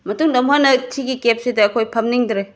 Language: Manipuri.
ꯃꯇꯨꯡꯗ ꯑꯃꯨꯛ ꯍꯟꯅ ꯁꯤꯒꯤ ꯀꯦꯞꯁꯤꯗ ꯑꯩꯈꯣꯢ ꯐꯝꯅꯤꯡꯗ꯭ꯔꯦ